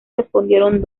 respondieron